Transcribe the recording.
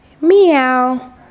meow